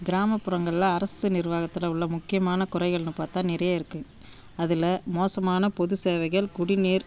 கிராமப்புறங்களில் அரசு நிர்வாகத்தில் உள்ள முக்கியமான குறைகள்னு பார்த்தா நிறைய இருக்கு அதில் மோசமான பொது சேவைகள் குடிநீர்